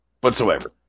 whatsoever